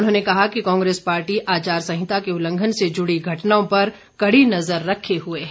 उन्होंने कहा कि कांग्रेस पार्टी आचार संहिता के उल्लंघन से जुड़ी घटनाओं पर कड़ी नजर रखे हुए है